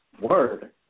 word